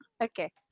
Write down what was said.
Okay